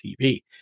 tv